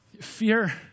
Fear